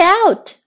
out